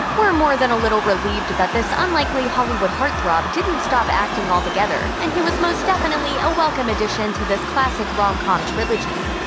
we're more than a little relieved that this unlikely hollywood heartthrob didn't stop acting altogether, and he was most definitely a welcome addition to this classic rom-com trilogy.